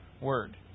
Word